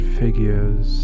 figures